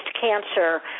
cancer